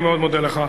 אני מאוד מודה לך.